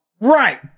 Right